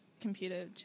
computer